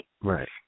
right